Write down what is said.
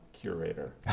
curator